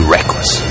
Reckless